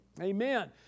Amen